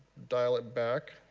dial it back,